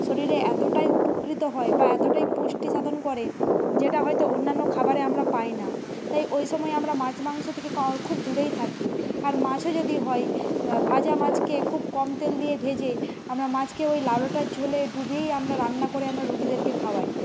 শরীরে এতটাই উপকৃত হয় বা এতটাই পুষ্টি সাধন করে যেটা হয়তো অন্যান্য খাবারে আমরা পাই না তাই ওই সময়ে আমরা মাছ মাংস থেকে ক খুব দূরেই থাকি আর মাছও যদি হয় ভাজা মাছকে খুব কম তেল দিয়ে ভেজে আমরা মাছকে ওই লাউ ডাঁটার ঝোলে ডুবিয়েই আমরা রান্না করে আমরা রুগীদেরকে খাওয়াই